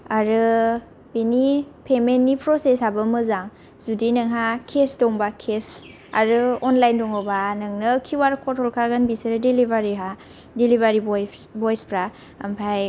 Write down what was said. आरो बेनि पेमेन्टनि प्रसेसआबो मोजां जुदि नोंहा केस दंबा केस आरो अनलाइन दङबा नोंनो किउ आर कड हरखागोन बिसोरो देलिभारीहा देलिभारी बयस बयसफ्रा ओमफाय